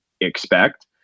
expect